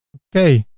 okay.